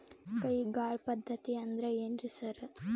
ಕೈಗಾಳ್ ಪದ್ಧತಿ ಅಂದ್ರ್ ಏನ್ರಿ ಸರ್?